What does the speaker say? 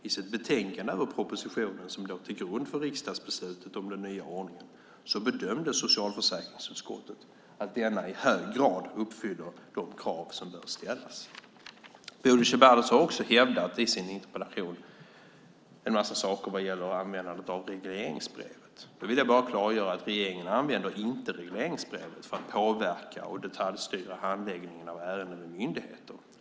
I sitt betänkande över propositionen som låg till grund för riksdagsbeslutet om den nya ordningen bedömde socialförsäkringsutskottet att den i hög grad uppfyller de krav som bör ställas. Bodil Ceballos har i sin interpellation hävdat en massa saker när det gäller användandet av regleringsbrevet. Jag vill klargöra att regeringen inte använder regleringsbrevet för att påverka och detaljstyra handläggningen av ärenden i myndigheter.